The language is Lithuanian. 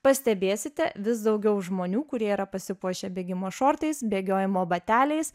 pastebėsite vis daugiau žmonių kurie yra pasipuošę bėgimo šortais bėgiojimo bateliais